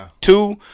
two